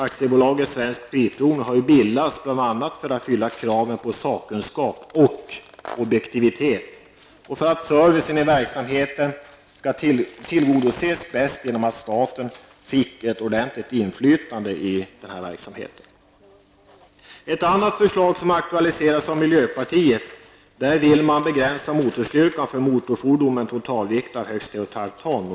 AB Svensk Bilprovning har bildats bl.a. för att fylla kraven på sakkunskap och objektivitet och för att servicen i verksamheten skall tillgodoses bäst genom att staten får ett ordentligt inflytande i verksamheten. Enligt ett annat förslag som aktualiseras av miljöpartiet vill man begränsa motorstyrkan för motorfordon med en totalvikt av högst 3,5 ton.